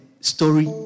story